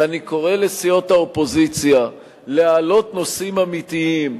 ואני קורא לסיעות האופוזיציה להעלות נושאים אמיתיים,